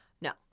No